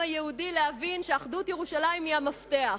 היהודי להבין שאחדות ירושלים היא המפתח.